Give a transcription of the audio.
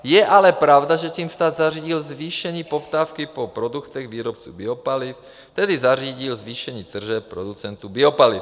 Je ale pravda, že tím stát zařídil zvýšení poptávky po produktech výrobců biopaliv, tedy zařídil zvýšení tržeb producentů biopaliv.